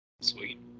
Sweet